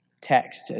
text